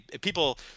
people